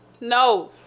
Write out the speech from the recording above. No